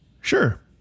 Sure